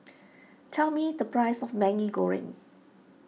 tell me the price of Maggi Goreng